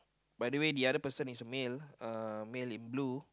by the way the other person is a male uh male in blue